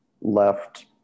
left